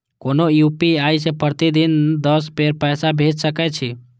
कोनो यू.पी.आई सं प्रतिदिन दस बेर पैसा भेज सकै छी